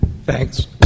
Thanks